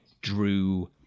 drew